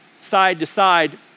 side-to-side